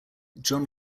john